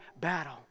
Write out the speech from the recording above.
battle